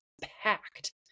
packed